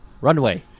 runway